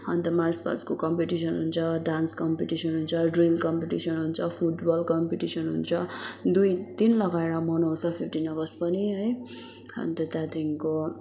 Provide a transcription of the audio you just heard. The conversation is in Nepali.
अन्त मार्च पास्टको कम्पिटिसन हुन्छ डान्स कम्पिटिसन हुन्छ ड्रइङ कम्पिटिसन हुन्छ फुटबल कम्पिटिसन हुन्छ दुई दिन लगाएर मनाउँछ फिफ्टिन अगस्त पनि है अन्त त्यहाँदेखिको